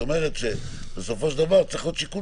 היא אומרת שבסופו של דבר צריך להיות שיקול